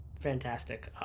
Fantastic